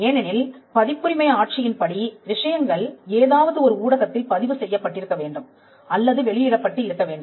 ஏனெனில் பதிப்புரிமை ஆட்சி யின் படி விஷயங்கள் ஏதாவது ஒரு ஊடகத்தில் பதிவு செய்யப்பட்டிருக்க வேண்டும் அல்லது வெளியிடப்பட்டு இருக்க வேண்டும்